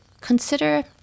consider